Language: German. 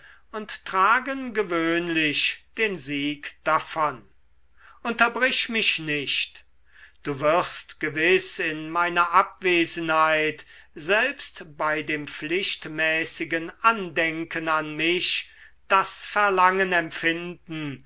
und tragen gewöhnlich den sieg davon unterbrich mich nicht du wirst gewiß in meiner abwesenheit selbst bei dem pflichtmäßigen andenken an mich das verlangen empfinden